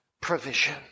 provision